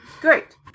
Great